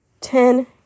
Ten